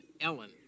Ellen